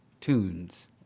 tunes